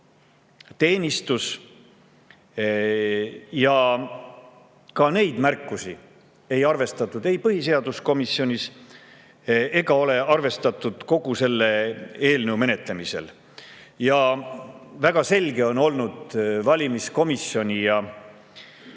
kuid ka neid märkusi ei arvestatud ei põhiseaduskomisjonis ega ole arvestatud kogu selle eelnõu menetlemisel. Väga selge on olnud valimiskomisjoni ja